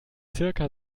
zirka